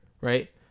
right